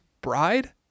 bride